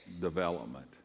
development